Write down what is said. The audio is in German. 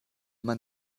man